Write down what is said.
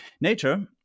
Nature